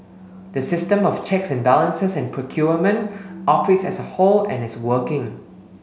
the system of checks and balances in procurement operates as a whole and is working